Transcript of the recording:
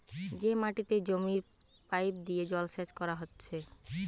যে মাটিতে জমির পাইপ দিয়ে জলসেচ কোরা হচ্ছে